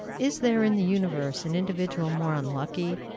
is there in the universe an individual more unlucky,